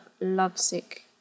lovesick